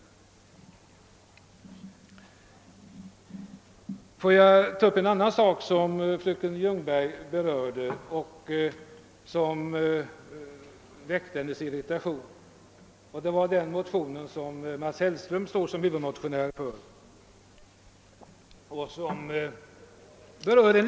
Tillåt mig sedan att ta upp en annan sak som fröken Ljungberg berörde och som väckte hennes irritation, nämligen den motion som Mats Hellström står som huvudmotionär för.